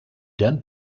then